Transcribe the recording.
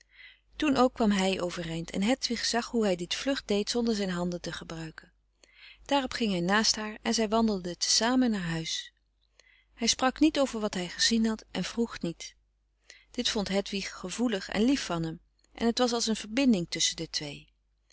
toen ook kwam hij overeind en hedwig zag hoe hij dit vlug deed zonder zijn handen te gebruiken daarop ging hij naast haar en zij wandelden te samen naar huis hij sprak niet over wat hij gezien had en vroeg niet dit vond hedwig gevoelig en lief van hem en het was als een verbinding tusschen de twee